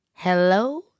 Hello